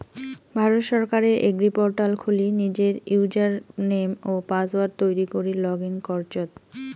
ভারত সরকারের এগ্রিপোর্টাল খুলি নিজের ইউজারনেম ও পাসওয়ার্ড তৈরী করি লগ ইন করচত